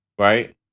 Right